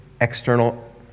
external